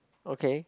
okay